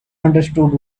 understood